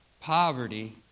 Poverty